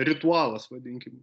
ritualas vadinkim